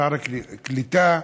שר קליטה,